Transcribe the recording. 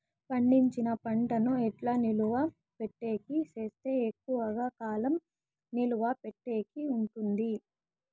పండించిన పంట ను ఎట్లా నిలువ పెట్టేకి సేస్తే ఎక్కువగా కాలం నిలువ పెట్టేకి ఉంటుంది?